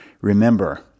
Remember